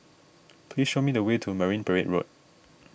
please show me the way to Marine Parade Road